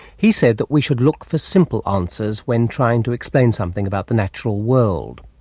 he said that we should look for simple answers when trying to explain something about the natural world.